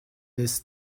this